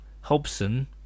Hobson